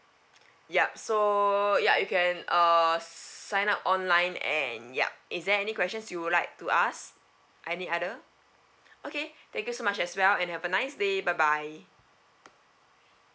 yup so ya you can uh sign up online and yup is there any questions you would like to ask any other okay thank you so much as well and have a nice day bye bye